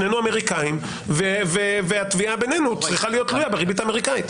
שנינו אמריקאים והתביעה בינינו צריכה להיות תלויה בריבית האמריקאית.